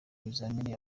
ibizamini